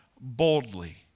boldly